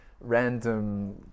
random